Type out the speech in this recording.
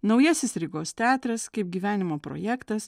naujasis rygos teatras kaip gyvenimo projektas